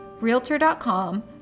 Realtor.com